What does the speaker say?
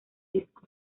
discos